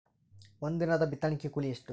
ಒಂದಿನದ ಬಿತ್ತಣಕಿ ಕೂಲಿ ಎಷ್ಟ?